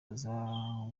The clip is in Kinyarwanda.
aza